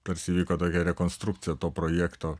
tarsi įvyko tokia rekonstrukcija to projekto